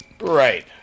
Right